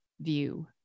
view